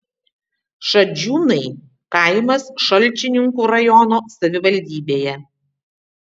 šadžiūnai kaimas šalčininkų rajono savivaldybėje